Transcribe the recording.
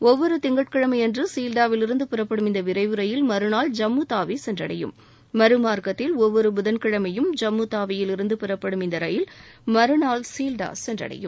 ஒவ்வொரு திங்கட்கிழமை அன்று சீவ்டாவில் இருந்து புறப்படும் இந்த விரைவு ரயில் மறுநாள் ஜம்மு தாவி சென்றடையும் மறுமார்க்கத்தில் ஒவ்வொரு புதன் கிழமையும் ஜம்மு தாவியில் இருந்து புறப்படும் இந்த ரயில் மறுநாள் சீல்டா சென்றடையும்